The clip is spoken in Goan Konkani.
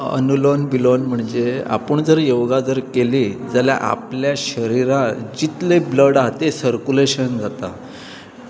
अनुलोन बिलोन म्हणजे आपूण जर योगा जर केलो जाल्यार आपल्या शरिराक जितलें ब्लड आसा तें सर्कुलेशन जाता